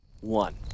one